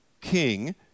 king